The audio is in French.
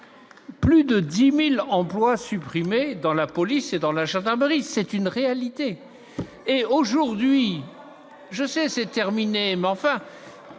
plus de 10000 emplois supprimés dans la police et dans la chambre et c'est une réalité, et aujourd'hui, je sais, c'est terminé, mais enfin